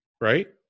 right